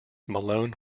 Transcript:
malone